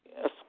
Yes